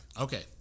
Okay